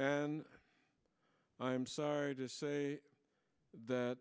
and i am sorry to say that